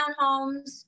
townhomes